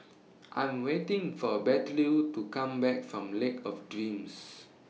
I'm waiting For Bettylou to Come Back from Lake of Dreams